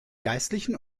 geistlichen